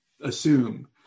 assume